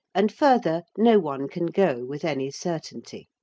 and further no one can go with any certainty.